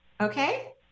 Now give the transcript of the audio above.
Okay